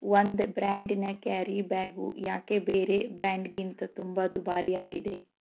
ಒಂದು ಬ್ರ್ಯಾಂಡಿನ carry bag ಯಾಕೆ ಬೇರೆ ಬ್ರ್ಯಾಂಡ್ಗಿಂತ ತುಂಬ ದುಬಾರಿ ಆಗಿದೆ